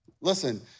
Listen